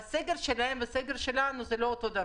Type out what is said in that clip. אבל הסגר שלהם ושלנו הוא לא אותו הדבר.